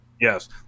Yes